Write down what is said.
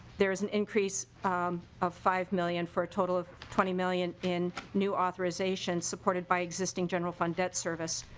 there's an increase of five million for a total of twenty million in new authorization reported by existing general fund that service.